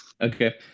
okay